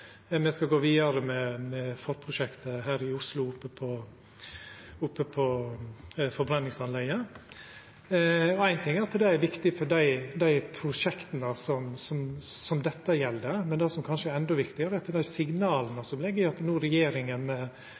her i Oslo. Éin ting er at det er viktig for dei prosjekta som dette gjeld, men det som kanskje er endå viktigare, er dei signala som ligg i at regjeringa no